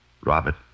Robert